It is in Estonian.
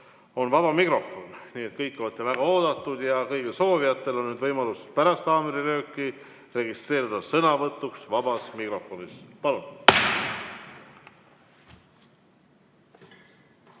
on vaba mikrofon. Kõik on väga oodatud ja kõigil soovijatel on võimalus pärast haamrilööki registreeruda sõnavõtuks vabas mikrofonis. Palun!